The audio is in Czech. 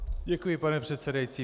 Děkuji, pane předsedající.